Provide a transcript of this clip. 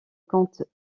compte